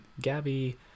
Gabby